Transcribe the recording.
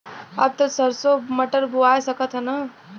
अब त सरसो मटर बोआय सकत ह न?